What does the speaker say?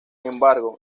embargo